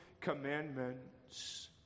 commandments